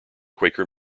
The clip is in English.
quaker